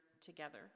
together